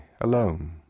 alone